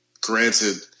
granted